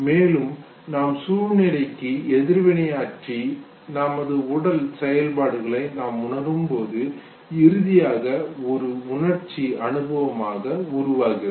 மேலும் நாம் சூழ்நிலைக்கு எதிர்வினையாற்றி நமது உடல் செயல்பாடுகளை நாம் உணரும் போது இறுதியாக ஒரு உணர்ச்சி அனுபவமாக உருவாகிறது